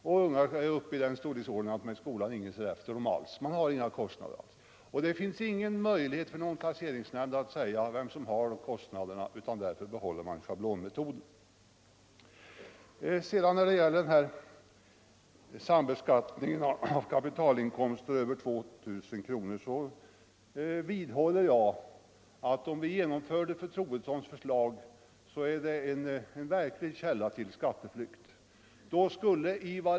När ungarna är i den åldern att de går i skolan och ingen ser efter dem alls, har man inga kostnader. Det finns ingen möjlighet för någon taxeringsnämnd att säga vem som har kostnaderna, och därför behåller man schablonmetoden. När det gäller sambeskattningen av kapitalinkomster över 2 000 kronor vidhåller jag att om vi genomförde fru Troedssons förslag, skulle det bli en verklig källa till skatteflykt.